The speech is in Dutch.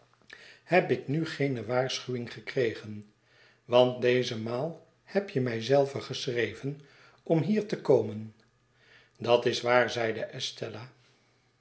heb ik nu geene waarschuwing gekregen want deze maal heb je mij zelve geschreven om hier te komen dat is waar zeide estella